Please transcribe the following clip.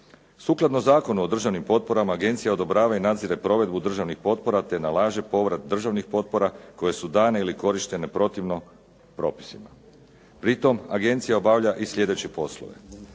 Sukladno Zakonu o državnim potporama agencija odobrava i nadzire provedbu državnih potpora te nalaže povrat državnih potpora koje su dane ili korištene protivno propisima. Pritom agencija obavlja i slijedeće poslove.